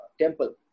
temple